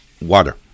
water